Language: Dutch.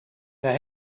zij